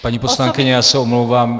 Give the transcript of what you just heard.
Paní poslankyně, já se omlouvám.